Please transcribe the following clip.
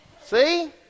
See